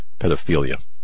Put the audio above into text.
pedophilia